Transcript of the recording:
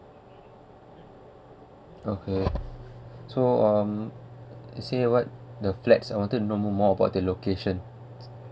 okay so um you say what the flats I wanted to know more about the location